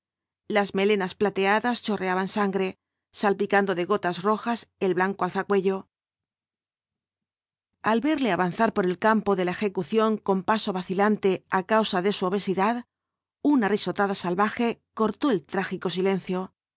las melenas plateadas chorreaban sangre salpicando de gotas rojas el blanco alzacuello al verle avanzar por el campo de la ejecución con paso vacilante á causa de su obesidad una risotada salvaje cortó el trágico silencio